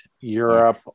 Europe